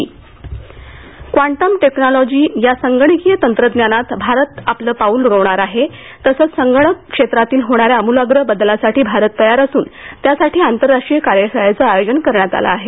आंतराष्ट्रीय कार्यशाळा quantum technology या संगणकीय तंत्रज्ञानात भारत आपलं पाउल रोवणार आहे तसंच संगणक क्षेत्रातील होणाऱ्या आमूलाग्र बदलासाठी भारत तयार असून त्यासाठी आंतराष्ट्रीय कार्यशाळेचं आयोजन करण्यात आलं आहे